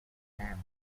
damp